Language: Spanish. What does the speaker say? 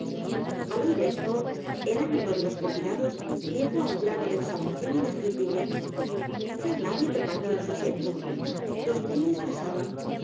al oir esto el ánimo de los convidados llegó á un grado de exaltación indescriptible ya nadie permaneció en su asiento los brindis cesaron